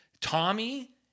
Tommy